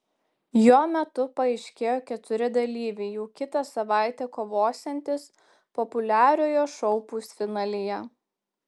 jo metu paaiškėjo keturi dalyviai jau kitą savaitę kovosiantys populiariojo šou pusfinalyje